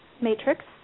matrix